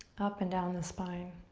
up and down the spine.